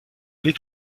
les